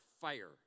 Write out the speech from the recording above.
fire